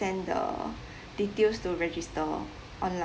send the details to register online